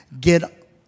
get